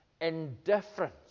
indifference